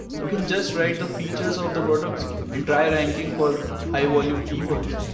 you can just write the features of the products and try ranking for high volume keywords.